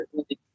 okay